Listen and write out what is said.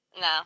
No